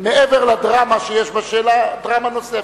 מעבר לדרמה שיש בשאלה, דרמה נוספת.